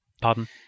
Pardon